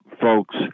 folks—